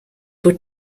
would